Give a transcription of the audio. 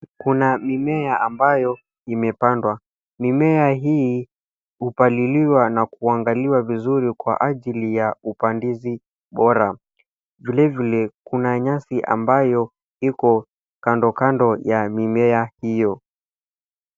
Kuna mimea ambayo imepandwa mimea hii hupaliliwa kuangaliwa vizuri kwa ajili ya upandizi bora vile vile kuna nyasi ambayo iko kando kando ya mimea hiyo.